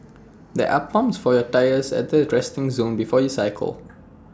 there are pumps for your tyres at the resting zone before you cycle